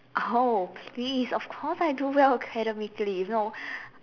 oh please of course I do well academically no